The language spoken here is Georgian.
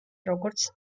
როგორც